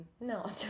No